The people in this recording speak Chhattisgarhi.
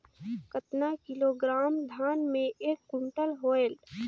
कतना किलोग्राम धान मे एक कुंटल होयल?